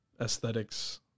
aesthetics